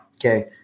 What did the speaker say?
Okay